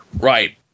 Right